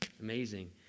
amazing